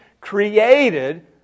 created